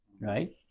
right